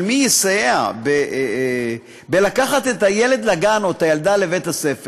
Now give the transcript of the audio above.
של מי יסייע בלקחת את הילד לגן או את הילדה לבית-הספר,